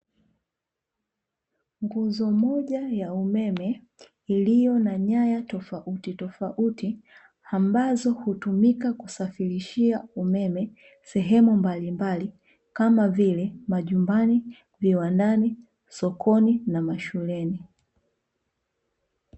Nguzo moja ya umeme iliyo na nyaya tofauti tofauti ambazo hutumika kusafirishia umeme sehemu mbalimbali, kama vile; majumbani, viwandani, sokoni na mashuleni.